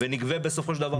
ונגבה בסופו של דבר פחות?